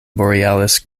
borealis